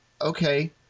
okay